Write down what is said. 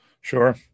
Sure